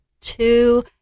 two